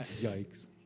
Yikes